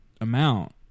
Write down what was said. amount